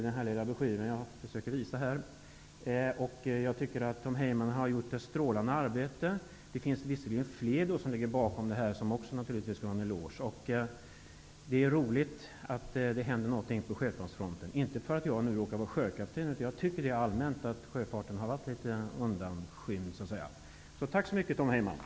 Detta behandlas i den broschyr som jag har här i min hand. Jag tycker att Tom Heyman har gjort ett strålande arbete. Också de övriga som ligger bakom detta skall naturligtvis ha en eloge. Det är roligt att det händer någonting på sjöfartsfronten. Jag säger det inte därför att jag råkar vara sjökapten, utan därför att jag allmänt tycker att sjöfarten har varit litet undanskymd. Tack så mycket, Tom Heyman!